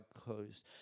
closed